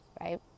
right